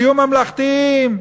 תהיו ממלכתיים.